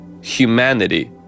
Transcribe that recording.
humanity